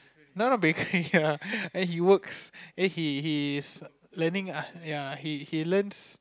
no not bakery lah he works eh he he is learning uh ya he learns